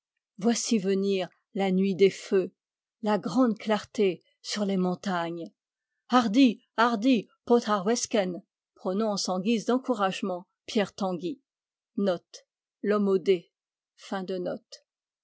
voici venir la nuit des feux la grande clarté sur les montagnes hardi hardi pôtr ar vesken prononce en guise d'encouragement pierre tanguy